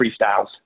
freestyles